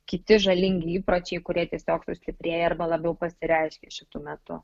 kiti žalingi įpročiai kurie tiesiog sustiprėja arba labiau pasireiškia šitu metu